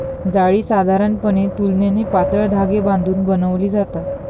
जाळी साधारणपणे तुलनेने पातळ धागे बांधून बनवली जातात